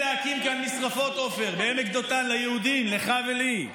עופר, בעמק דותן ליהודים, לך ולי.